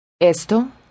Esto